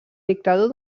dictador